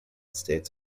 states